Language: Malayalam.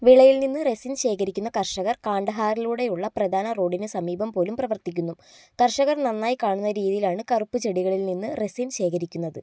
വിളയിൽ നിന്ന് റെസിൻ ശേഖരിക്കുന്ന കർഷകർ കാണ്ഡഹാറിലൂടെയുള്ള പ്രധാന റോഡിന് സമീപം പോലും പ്രവർത്തിക്കുന്നു കർഷകർ നന്നായി കാണുന്ന രീതിയിലാണ് കറുപ്പ് ചെടികളിൽ നിന്ന് റെസിൻ ശേഖരിക്കുന്നത്